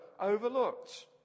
overlooked